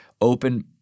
open –